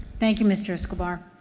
thank you, mr. escobar.